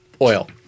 oil